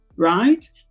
right